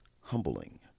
humbling